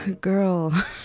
Girl